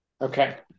okay